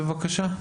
כבוד היושב ראש,